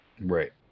right